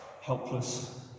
helpless